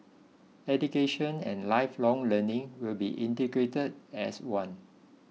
education and lifelong learning will be integrated as one